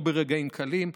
לא ברגעים קלים.